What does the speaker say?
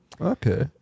Okay